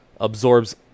absorbs